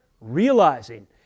Realizing